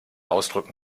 ausdrücken